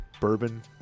bourbon